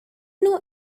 know